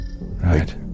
Right